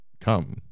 Come